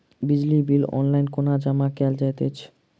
बिजली bill online कोना जमा कएल जाइत अछि?